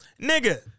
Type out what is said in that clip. nigga